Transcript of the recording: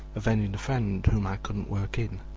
avenging the friend whom i couldn't work in.